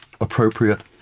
appropriate